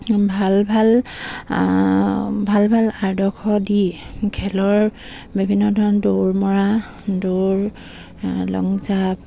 ভাল ভাল ভাল ভাল আদৰ্শ দি খেলৰ বিভিন্ন ধৰণৰ দৌৰ মৰা দৌৰ লং জাম্প